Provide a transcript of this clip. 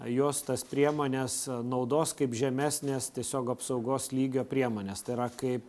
jos tas priemones naudos kaip žemesnes tiesiog apsaugos lygio priemones tai yra kaip